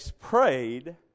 prayed